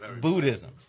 Buddhism